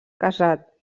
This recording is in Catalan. casat